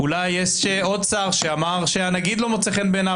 יש עוד שר שאמר שהנגיד לא מוצא חן בעיניו,